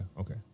okay